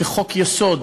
כחוק-יסוד,